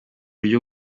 ryo